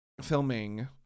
filming